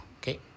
okay